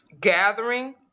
gathering